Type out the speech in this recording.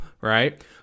right